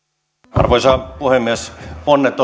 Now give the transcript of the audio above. arvoisa puhemies ponnet